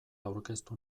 aurkeztu